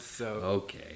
Okay